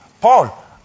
Paul